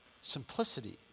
Simplicity